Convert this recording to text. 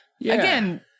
Again